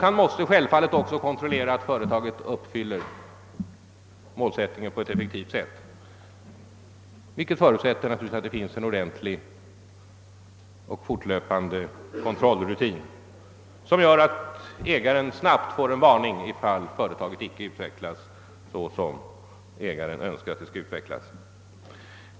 Han måste självfallet också kontrollera att företaget uppfyller målsättningen på ett effektivt sätt, vilket förutsätter att det finns en ordentlig och fortlöpande kontrollrutin, som gör att ägaren snabbt får en varning, ifall företaget icke utvecklas såsom ägaren Önskar att det skall utvecklas.